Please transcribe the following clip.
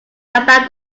about